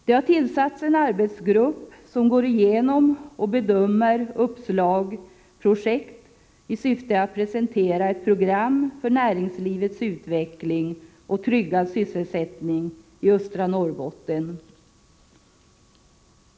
Det har tillsatts en arbetsgrupp som går igenom och bedömer uppslag och projekt i syfte att presentera ett program för näringslivets utveckling och för tryggad sysselsättning i Östra Norrbotten.